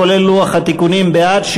כולל לוח התיקונים: בעד,